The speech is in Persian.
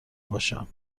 باشم